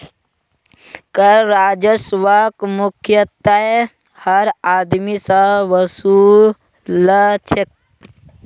कर राजस्वक मुख्यतयः हर आदमी स वसू ल छेक